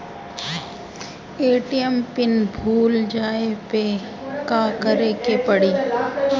ATM PIN भूल जाए पे का करे के पड़ी?